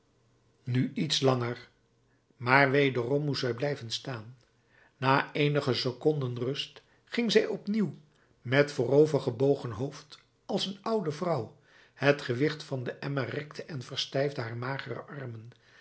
nu iets langer maar wederom moest zij blijven staan na eenige seconden rust ging zij opnieuw met voorover gebogen hoofd als een oude vrouw het gewicht van den emmer rekte en verstijfde haar magere armen